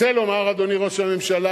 רוצה לומר, אדוני ראש הממשלה,